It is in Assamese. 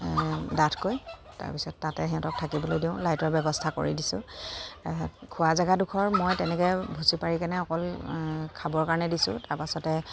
ডাঠকৈ তাৰপিছত তাতে সিহঁতক থাকিবলৈ দিওঁ লাইটৰ ব্যৱস্থা কৰি দিছোঁ খোৱা জেগাডোখৰ মই তেনেকৈ ভুচি পাৰি কিনে অকল খাবৰ কাৰণে দিছোঁ তাৰপাছতে